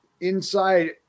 inside